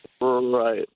Right